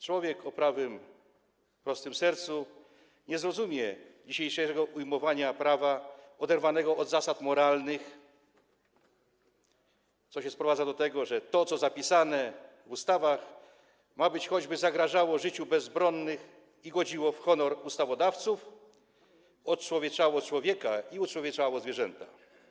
Człowiek o prawym, prostym sercu nie zrozumie dzisiejszego ujmowania prawa oderwanego od zasad moralnych, co sprowadza się do tego, że to, co zapisane w ustawach, ma być, choćby zagrażało życiu bezbronnych i godziło w honor ustawodawców, odczłowieczało człowieka i uczłowieczało zwierzęta.